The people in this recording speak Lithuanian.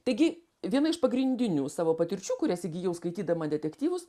taigi viena iš pagrindinių savo patirčių kurias įgijau skaitydama detektyvus